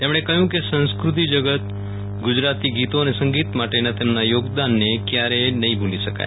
તેમણે કહ્યુ કે સંસ્કૃતિ જગત ગુજરાતી ગીતો અને સંગીત માટેના તેમના યોગદાનને કયારેય નહિ ભૂલી શકાય